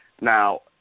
Now